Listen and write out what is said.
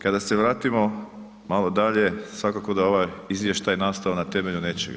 Kada se vratimo malo dalje, svakako da je ovaj izvještaj nastao na temelju nečega.